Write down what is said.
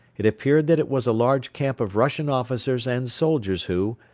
it appeared that it was a large camp of russian officers and soldiers who,